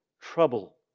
Trouble